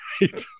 right